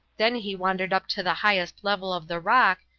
then he wandered up to the highest level of the rock,